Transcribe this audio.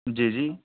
جی جی